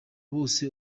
bose